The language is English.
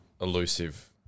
elusive